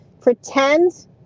pretend